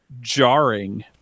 jarring